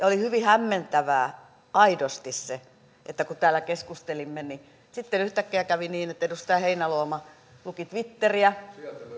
oli hyvin hämmentävää aidosti se että kun täällä keskustelimme niin sitten yhtäkkiä kävi niin että edustaja heinäluoma luki twitteriä